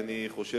אני,